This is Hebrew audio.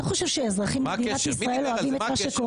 אתה חושב שהאזרחים במדינת ישראל אוהבים את מה שקורה?